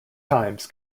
times